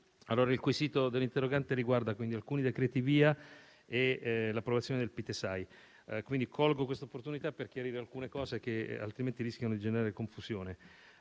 il quesito dell'interrogante riguarda alcuni decreti VIA e l'approvazione del Pitesai. Colgo questa opportunità per chiarire alcune cose che altrimenti rischiano di generare confusione.